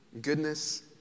Goodness